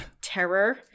terror